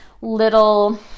little